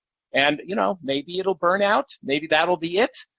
and you know maybe it'll burn out. maybe that'll be it.